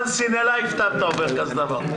Once in a lifetime אתה עובר כזה דבר.